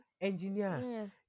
engineer